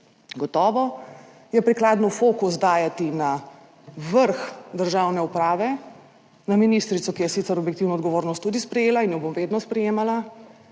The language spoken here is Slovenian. Gotovo je prikladno fokus dajati na vrh državne uprave, na ministrico, ki je sicer objektivno odgovornost tudi sprejela - in jo bom vedno sprejemala